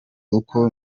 kuko